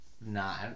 nah